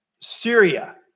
Syria